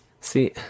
see